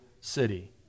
city